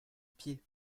pied